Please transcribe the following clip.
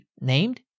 named